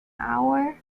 hour